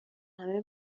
همه